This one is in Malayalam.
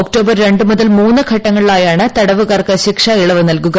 ഒക്ടോബർ രണ്ടു മുതൽ മൂന്ന് ഘട്ടങ്ങളിലായാണ് തടവുകാർക്ക് ശിക്ഷാ ഇളവ് നൽകുക